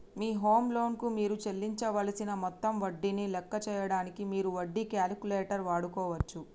మీ home loan కు మీరు చెల్లించవలసిన మొత్తం వడ్డీని లెక్క చేయడానికి మీరు వడ్డీ క్యాలిక్యులేటర్ వాడుకోవచ్చు